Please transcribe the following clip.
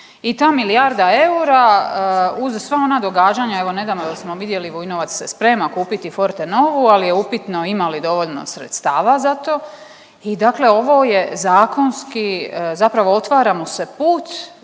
i ta milijarda eura uz sva ona događanja, evo nedavno smo vidjeli Vujnovac se sprema kupiti Fortenovu, ali je upitno ima li dovoljno sredstava za to i dakle ovo je zakonski zapravo otvara mu se put